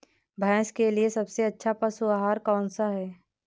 भैंस के लिए सबसे अच्छा पशु आहार कौन सा है?